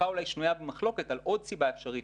אולי קצת שנויה במחלוקת על עוד סיבה אפשרית